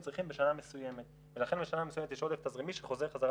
צריכים בשנה מסוימת ולכן בשנה מסוימת יש עודף תזרימי שחוזר חזרה